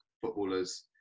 footballers